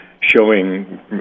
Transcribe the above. showing